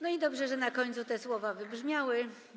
No i dobrze, że na końcu te słowa wybrzmiały.